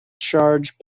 charge